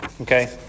Okay